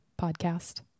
podcast